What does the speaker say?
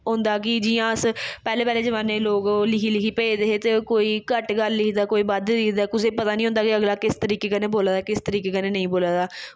होंदा कि जियां अस पैह्लें पैह्लें जमान्ने लोक लिखी लिखी भेजदे हे ते कोई घट्ट गल्ल लिखदा कोई बद्ध लिखदा कुसै गी पता निं होंदा कि अगला किस तरीके कन्नै बोला दा किस तरीके कन्नै नेईं बोला दा